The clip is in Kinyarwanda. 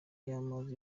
y’amazi